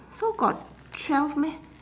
so got twelve meh